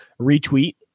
retweet